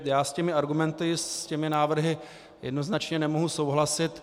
Já s těmi argumenty, s těmi návrhy, jednoznačně nemohu souhlasit.